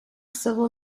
civil